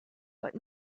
but